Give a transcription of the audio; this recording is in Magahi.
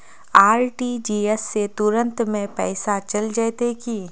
आर.टी.जी.एस से तुरंत में पैसा चल जयते की?